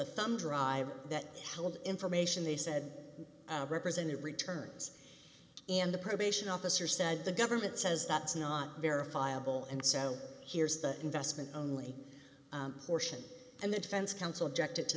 thumb drive that held information they said represented returns in the probation officer said the government says that's not verifiable and so here's the investment only portion and the defense counsel objected to